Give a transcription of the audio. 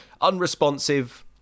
unresponsive